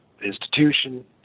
institution